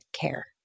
care